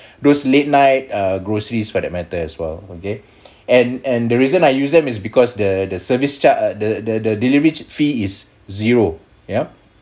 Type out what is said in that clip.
those late night uh groceries for that matter as well okay and and the reason I use them is because the the service charge the the the delivery fee is zero yeah